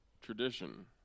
tradition